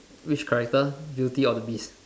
which character beauty or the beast